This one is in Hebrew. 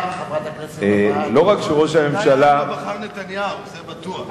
העם לא בחר נתניהו, זה בטוח.